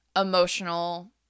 emotional